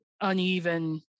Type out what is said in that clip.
uneven